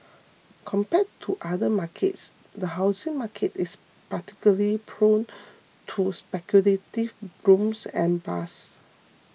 compared to other markets the housing market is particularly prone to speculative booms and bus